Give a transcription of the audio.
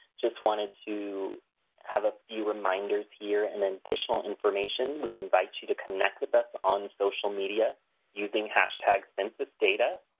just wanted to have a few reminders here and additional information. we invite you to connect with us on social media using hashtag census data.